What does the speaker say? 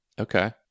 Okay